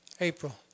April